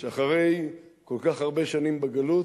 שאחרי כל כך הרבה שנים בגלות,